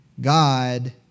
God